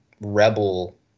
rebel